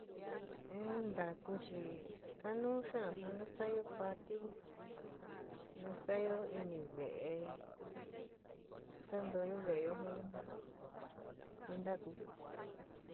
In ntakú chi kanuú xaán ja nastayó patiú, nastaáyo inive'é, santóyo ve'éyo jin jin ntaku.